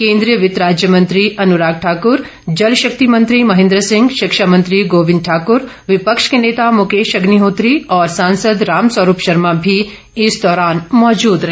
केन्द्रीय वित्त राज्य मंत्री अनुराग ठाक्र जल शक्ति मंत्री महेन्द्र सिंह शिक्षा मंत्री गाविंद ठाक्र विपक्ष के नेता मुकेश अग्निहोत्री और सांसद राम स्वरूप शर्मा भी इस दौरान मौजूद रहे